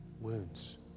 wounds